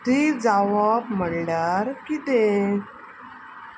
ती जावप म्हणल्यार कितें